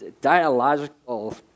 dialogical